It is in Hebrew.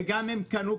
והם קנו,